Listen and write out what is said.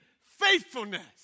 faithfulness